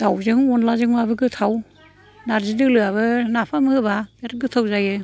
दावजों अनलाजों बाबो गोथाव नार्जि दोलो आबो नाफाम होबा गोथाव जायो